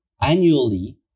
annually